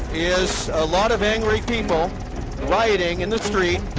is a lot of angry people rioting in the street.